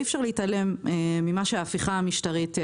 אי אפשר להתעלם ממה שעושה ההפיכה המשטרית.